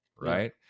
right